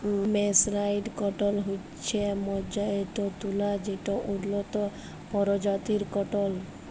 mercerised cotton হছে মাজ্জারিত তুলা যেট উল্লত পরজাতির কটল